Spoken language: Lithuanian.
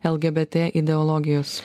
lgbt ideologijos